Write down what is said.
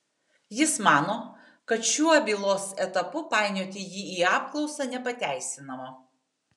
jis mano kad šiuo bylos etapu painioti jį į apklausą nepateisinama